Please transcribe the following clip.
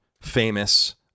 famous